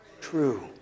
true